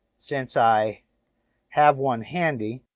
since i have one handy.